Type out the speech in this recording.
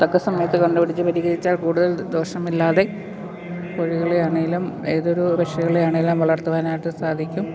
തക്ക സമയത്ത് കണ്ടുപിടിച്ച് പരിഹരിച്ചാൽ കൂടുതൽ ദോഷമില്ലാതെ കോഴികളെ ആണെങ്കിലും ഏതൊരു പക്ഷികളെ ആണെങ്കിലും വളർത്തുവാനായിട്ട് സാധിക്കും